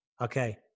Okay